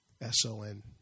S-O-N